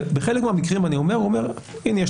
ובחלק מהמקרים הוא אומר: הינה,